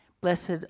Blessed